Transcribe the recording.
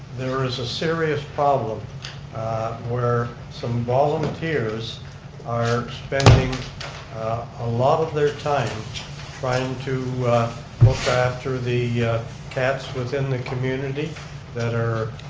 there is a serious problem where some volunteers are spending a lot of their time trying to look after the cats within the community that are